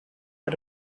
her